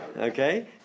okay